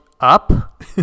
Up